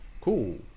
cool